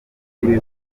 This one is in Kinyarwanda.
kuri